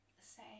say